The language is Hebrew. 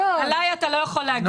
עלי אתה לא יכול להגיד את זה.